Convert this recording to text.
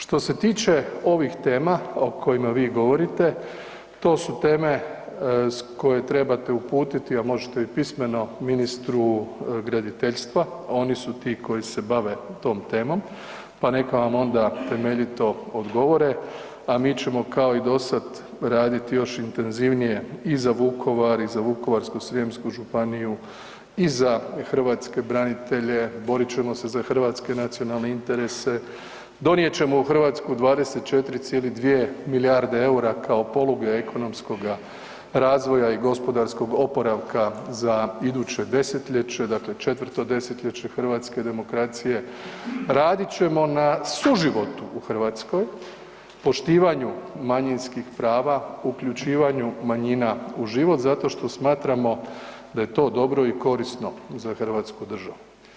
Što se tiče ovih tema o kojima vi govorite, to su teme koje trebate uputiti a možete i pismeno, ministru graditeljstva, oni su ti koji se bave tom temom, pa neka vam onda temeljito odgovore a mi ćemo kao i dosad raditi još intenzivnije i za Vukovar i za Vukovarsko-srijemsku županiju i za hrvatske branitelje, borit ćemo se za hrvatske nacionalne interese, donijet ćemo u Hrvatsku 24,2 milijarde eura kao poluge ekonomskoga razvoja i gospodarskog oporavka za iduće desetljeće, dakle četvrto desetljeće hrvatske demokracije, radit ćemo na suživotu u Hrvatskoj, poštivanju manjinskih prava, uključivanju manjina u život zato što smatramo da je to dobro i korisno za hrvatsku državu.